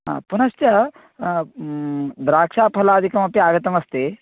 आम् पुनश्च द्राक्षाफलादिकमपि आगतमस्ति